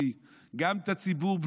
גם את הציבור החרדי-לאומי,